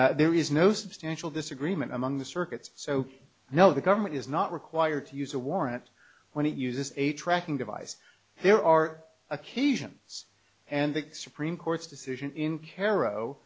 there is no substantial disagreement among the circuits so no the government is not required to use a warrant when it uses a tracking device there are occasions and the supreme court's decision in